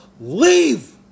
leave